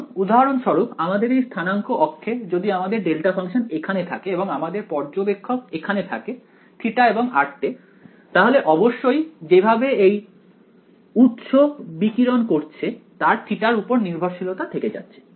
কারণ উদাহরণ স্বরূপ আমাদের এই স্থানাঙ্ক অক্ষে যদি আমাদের ডেল্টা ফাংশন এখানে থাকে এবং আমাদের পর্যবেক্ষক এখানে থাকে θ এবং r এ তাহলে অবশ্যই যেভাবে এই উৎস বিকিরণ করছে তার θ এর উপর নির্ভরশীলতা থেকে যাচ্ছে